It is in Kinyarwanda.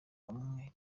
umwe